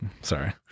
sorry